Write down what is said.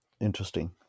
Interesting